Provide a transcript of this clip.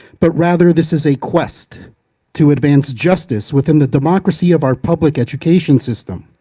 but, rather this, is a quest to advance justice within the democracy of our public education system.